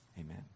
Amen